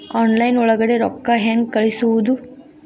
Online ಒಳಗಡೆ ರೊಕ್ಕ ಹೆಂಗ್ ಕಳುಹಿಸುವುದು?